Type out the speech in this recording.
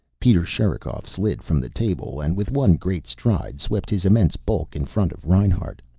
peter sherikov slid from the table and with one great stride swept his immense bulk in front of reinhart.